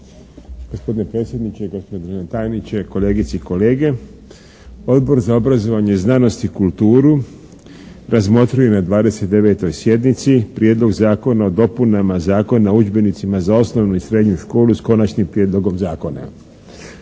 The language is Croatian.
Gospodine predsjedniče, gospodine tajniče, kolegice i kolege. Odbor za obrazovanje i znanost i kulturu razmotrio je na 29. sjednici Prijedlog zakona o dopunama Zakona o udžbenicima za osnovnu i srednju školu sa Konačnim prijedlogom zakona.